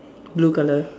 blue colour